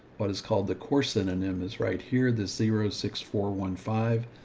what is called the course synonym is right here, the zero six four one five,